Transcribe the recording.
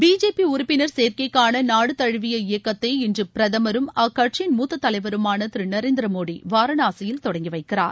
பிஜேபிஉறுப்பினர் சேர்க்கைக்கானநாடுதமுவிய இயக்கத்தை இன்றுபிரதமரும் அக்கட்சியின் மூத்ததலைவருமானதிருநரேந்திரமோடிவாரணாசியில் தொடங்கிவைக்கிறார்